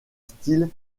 style